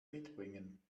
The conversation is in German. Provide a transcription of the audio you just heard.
mitbringen